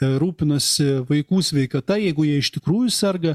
rūpinasi vaikų sveikata jeigu jie iš tikrųjų serga